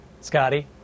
Scotty